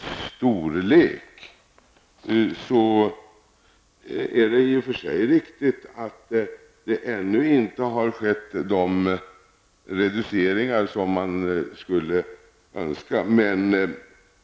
Det är i och för sig riktigt att de reduceringar av flygvapnens storlek som man skulle önska ännu inte har skett.